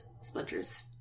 Splinter's